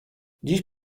dziś